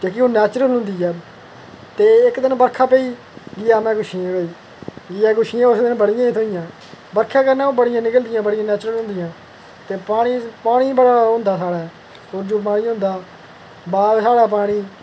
क्योंकि ओह् नैचुरल होंदी ऐ ते इक दिन बरखा पेई गेआ में गुच्छियें ई गेइयै गुच्छियां उस दिन बड्डियां ई थ्होइयां बरखा कन्नै ओह् बड़ियां निकलदियां ओह् बड़ियां नैचुरल होंदियां ते पानी पानी बड़ा ओह् होंदा हा कोरजूं पानी होंदा बाग साढ़ै पानी